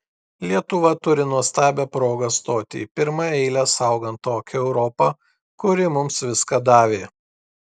lietuva turi nuostabią progą stoti į pirmą eilę saugant tokią europą kuri mums viską davė